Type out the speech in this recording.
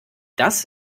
das